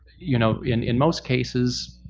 you know in in most cases,